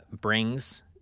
brings